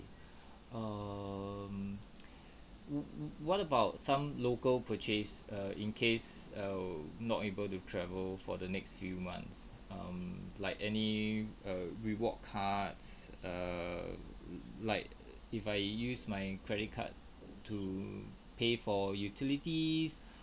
um wh~ wh~ what about some local purchase err in case um not able to travel for the next few months um like any err reward cards um like if I use my credit card to pay for utilities